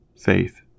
faith